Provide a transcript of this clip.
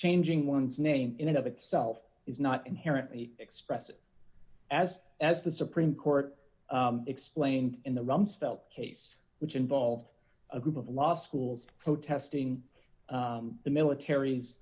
changing one's name in and of itself is not inherently expressive as as the supreme court explained in the rumsfeld case which involved a group of law schools protesting the militar